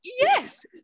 Yes